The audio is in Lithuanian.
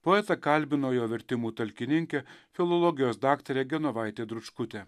poetą kalbino jo vertimų talkininkė filologijos daktarė genovaitė dručkutė